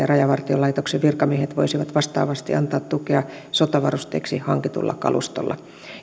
rajavartiolaitoksen virkamiehet voisivat vastaavasti antaa tukea sotavarusteeksi hankitulla kalustolla